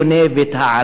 שגונב את הענבים.